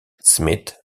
smith